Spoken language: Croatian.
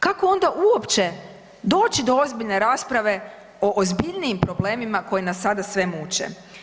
Kako onda uopće doći do ozbiljne rasprave o ozbiljnijim problemima koji nas sada sve muču.